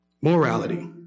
morality